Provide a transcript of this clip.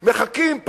מחכים.